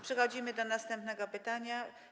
Przechodzimy do następnego pytania.